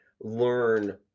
learn